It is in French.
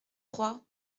trois